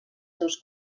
seus